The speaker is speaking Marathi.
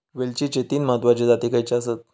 वेलचीचे तीन महत्वाचे जाती खयचे आसत?